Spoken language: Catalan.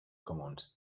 comuns